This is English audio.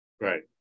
right